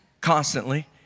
constantly